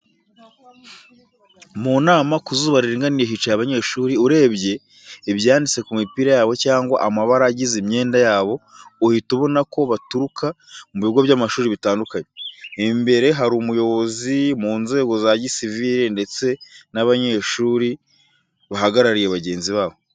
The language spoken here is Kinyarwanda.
Mu nama, ku zuba riringaniye hicaye abanyeshuri, urebye ibyanditse ku mipira yabo cyangwa amabara agize imyenda yabo uhita ubona ko baturuka mu bigo by'amashuri bitandukanye. Imbere hari umuyobozi mu nzego za gisivire ndetse n'abanyeshuri bahagarariye bagenzi babo.